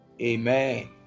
Amen